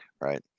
Right